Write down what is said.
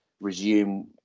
resume